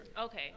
okay